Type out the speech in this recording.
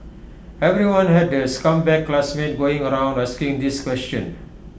everyone had the scumbag classmate going around asking this question